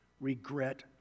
Regret